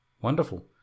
Wonderful